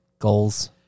goals